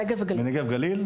הנגב והגליל.